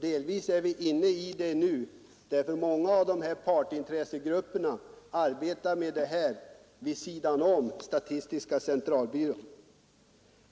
Delvis är det redan aktuellt för oss, för många av partsintressegrupperna arbetar med det här vid sidan om statistiska centralbyrån.